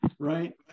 right